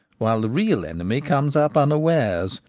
while the real enemy comes up unawares,